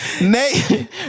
Nay